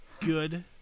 good